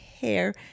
hair